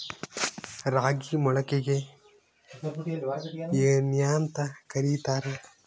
ರಾಗಿ ಮೊಳಕೆಗೆ ಏನ್ಯಾಂತ ಕರಿತಾರ?